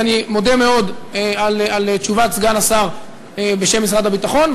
אז אני מודה מאוד על תשובת סגן השר בשם משרד הביטחון,